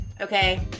okay